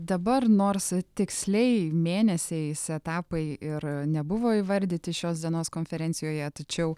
dabar nors tiksliai mėnesiais etapai ir nebuvo įvardyti šios dienos konferencijoje tačiau